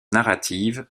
narrative